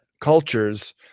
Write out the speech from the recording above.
cultures